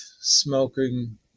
smoking